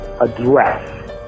address